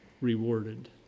rewarded